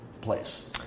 place